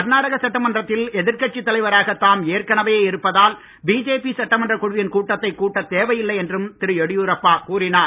கர்நாடக சட்டமன்றத்தில் எதிர்க்கட்சித் தலைவராக தாம் ஏற்கனவே இருப்பதால் பிஜேபி சட்டமன்றக் குழுவின் கூட்டத்தை கூட்ட தேவையில்லை என்றும் திரு எடியூரப்பா கூறினார்